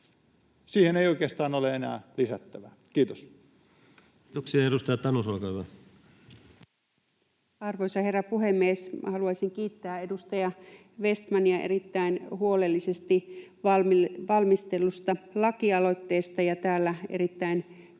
Siihen ei oikeastaan ole enää lisättävää. — Kiitos. Kiitoksia. — Edustaja Tanus, olkaa hyvä. Arvoisa herra puhemies! Minä haluaisin kiittää edustaja Vestmania erittäin huolellisesti valmistellusta lakialoitteesta ja täällä erittäin